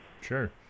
Sure